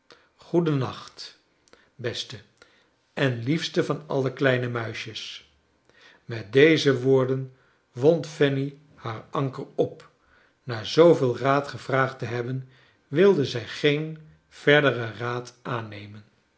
g-oeden nacht beste en liefste van alle kleine muisjes met deze woorden wond fanny haar anker op na zooveel raad gevraagd te hebben wilde zij geen verderen raad aannemen